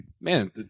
Man